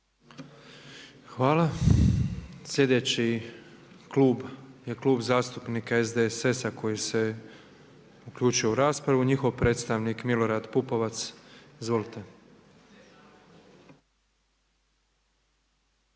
Hvala. Sljedeći klub je Klub zastupnika SDSS-a koji se uključio u raspravu. Njihov predstavnik Milorad Pupovac, izvolite.